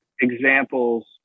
examples